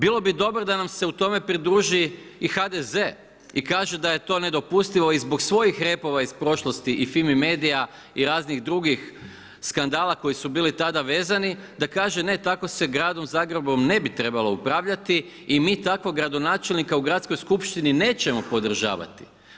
Bilo bi dobro da nam se u tome pridruži i HDZ i kaže da je to nedopustivo i zbog svojih repova iz prošlosti i Fimi Media i raznih drugih skandala koji su bili tada vezani, da kaže ne tako se gradom Zagrebom ne bi trebalo upravljati i mi takvog gradonačelnika u Gradskoj skupštini nećemo podržavati.